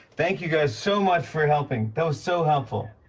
thank you guys so much for helping. that was so helpful.